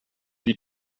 die